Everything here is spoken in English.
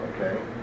Okay